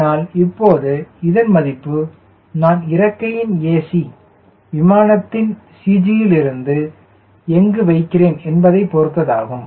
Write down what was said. ஆனால் இப்போது இதன் மதிப்பு நான் இறக்கையின் ac விமானத்தின் CG யில் இருந்து எங்கு வைக்கிறேன் என்பதை பொறுத்ததாகும்